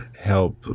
help